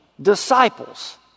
disciples